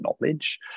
knowledge